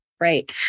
right